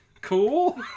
cool